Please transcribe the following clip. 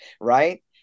right